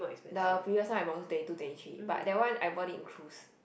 the previous one I bought also twenty two twenty three but that one I bought it in cruise